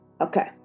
Okay